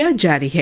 yeah jackie